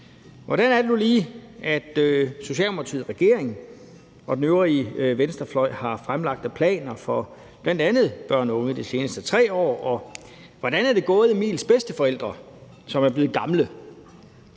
Hvad er det nu lige, Socialdemokratiet, regeringen og den øvrige venstrefløj har fremlagt af planer for bl.a. børn og unge de seneste 3 år, og hvordan er det gået Emils bedsteforældre, som er blevet gamle?